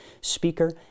speaker